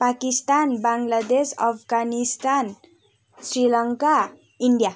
Pakistan Bangladesh Afghanistan Sri Lanka India